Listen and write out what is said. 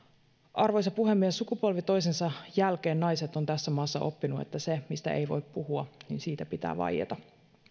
arvoisa puhemies sukupolvi toisensa jälkeen naiset ovat tässä maassa oppineet että siitä mistä ei voi puhua pitää vaieta